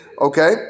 Okay